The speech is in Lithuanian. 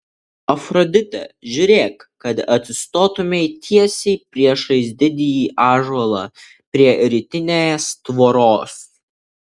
afrodite žiūrėk kad atsistotumei tiesiai priešais didįjį ąžuolą prie rytinės tvoros